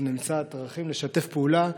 שנמצא דרכים לשתף פעולה,